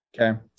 Okay